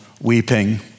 weeping